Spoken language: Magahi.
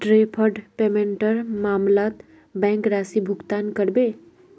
डैफर्ड पेमेंटेर मामलत बैंक राशि भुगतान करबे